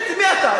מי אתה?